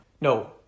No